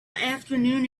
afternoon